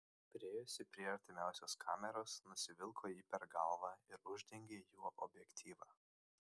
priėjusi prie artimiausios kameros nusivilko jį per galvą ir uždengė juo objektyvą